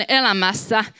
elämässä